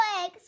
eggs